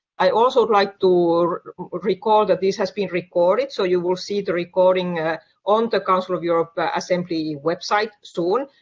i would also like to recall that this has been recorded, so you will see the recording ah on the council of europe ah assembly's website soon,